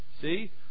See